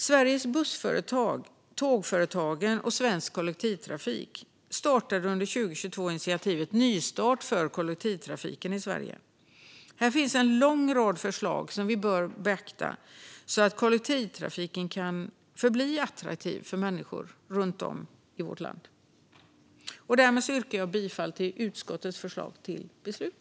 Sveriges Bussföretag, Tågföretagen och Svensk Kollektivtrafik tog under 2022 ett initiativ för en nystart för kollektivtrafiken i Sverige. Här finns en lång rad förslag som vi bör beakta, så att kollektivtrafiken kan förbli attraktiv för människor runt om i vårt land. Jag yrkar bifall till utskottets förslag till beslut.